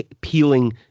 peeling